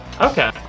Okay